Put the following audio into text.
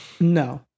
No